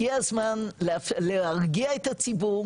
הגיע הזמן להרגיע את הציבור,